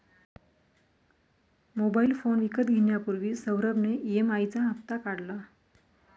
mobile phone विकत घेण्यापूर्वी सौरभ ने ई.एम.आई चा हप्ता काढला